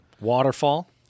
Waterfall